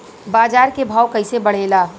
बाजार के भाव कैसे बढ़े ला?